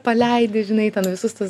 paleidi žinai ten visus tus